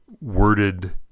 worded